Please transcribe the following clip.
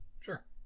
sure